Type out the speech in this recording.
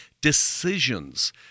decisions